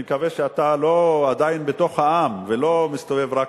אני מקווה שאתה עדיין בתוך העם ולא מסתובב רק,